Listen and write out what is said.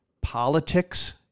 politics